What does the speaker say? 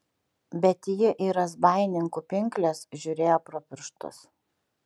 bet ji į razbaininkų pinkles žiūrėjo pro pirštus